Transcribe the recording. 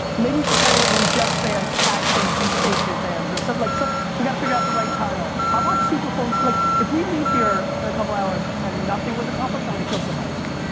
maybe we should title it when jets fans actually beat patriot fans, or something. like so we gotta figure out the right title. i want super phone. like, if we leave here in a couple hours and nothing was accomplished, i'm gonna kill somebody.